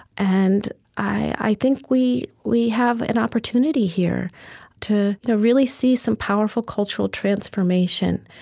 and i think we we have an opportunity here to really see some powerful cultural transformation.